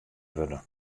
wurde